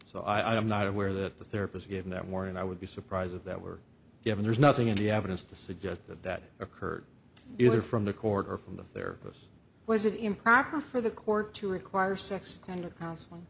so i am not aware that the therapist given that warning i would be surprised if that were given there's nothing in the evidence to suggest that that occurred either from the court or from the therapist was it improper for the court to require sex kind of counselling